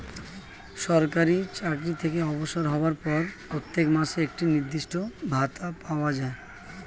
সরকারি চাকরি থেকে অবসর হওয়ার পর প্রত্যেক মাসে একটি নির্দিষ্ট ভাতা পাওয়া যায়